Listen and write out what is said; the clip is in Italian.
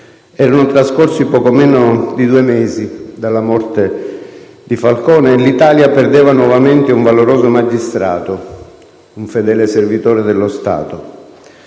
Erano trascorsi poco meno di due mesi dalla morte di Falcone e l'Italia perdeva nuovamente un valoroso magistrato, un fedele servitore dello Stato.